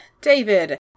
david